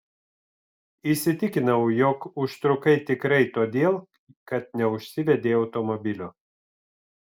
įsitikinau jog užtrukai tikrai todėl kad neužsivedei automobilio